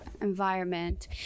environment